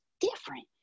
different